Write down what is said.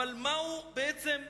אבל מהי בעצם התכלית?